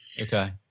okay